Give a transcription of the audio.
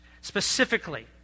specifically